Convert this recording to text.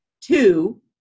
two